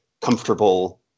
comfortable